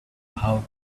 how